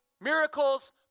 miracles